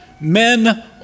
men